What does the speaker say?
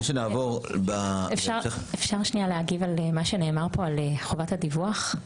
האם אפשר להגיב על מה שנאמר פה לגבי חובת הדיווח?